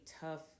tough